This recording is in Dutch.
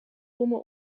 bommen